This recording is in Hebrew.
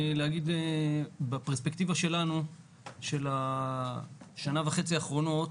בפרספקטיבה שלנו של השנה וחצי האחרונות,